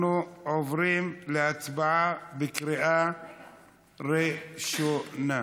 אנחנו עוברים להצבעה בקריאה ראשונה.